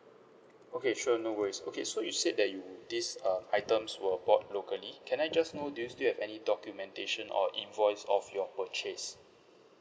okay sure no worries okay so you said that you this um items were bought locally can I just know do you still have any documentation or invoice of your purchase